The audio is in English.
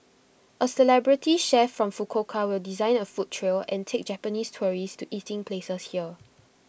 A celebrity chef from Fukuoka design A food trail and take Japanese tourists to eating places here